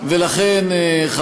ולכן,